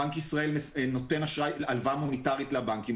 בנק ישראל נותן הלוואה מוניטרית לבנקים,